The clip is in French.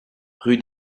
rue